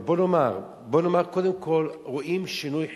בוא נאמר, קודם כול רואים שינוי חברתי.